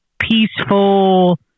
peaceful